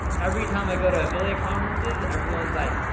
every time i go to affiliate conferences, everyone's like,